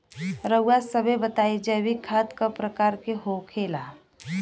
रउआ सभे बताई जैविक खाद क प्रकार के होखेला?